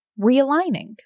realigning